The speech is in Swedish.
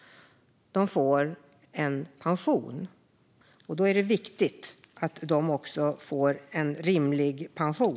De får en pension, och då är det viktigt att den är rimlig.